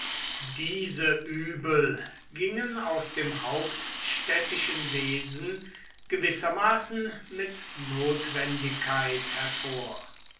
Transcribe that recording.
diese übel gingen aus dem hauptstädtischen wesen gewissermaßen mit notwendigkeit hervor